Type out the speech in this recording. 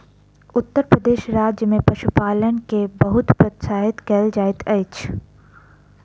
उत्तर प्रदेश राज्य में पशुपालन के बहुत प्रोत्साहित कयल जाइत अछि